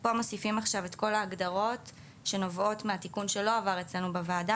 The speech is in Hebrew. פה מוסיפים עכשיו את כל ההגדרות שנובעות מהתיקון שלא עבר אצלנו בוועדה,